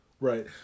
Right